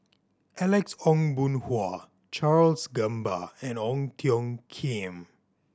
Alex Ong Boon Hau Charles Gamba and Ong Tiong Khiam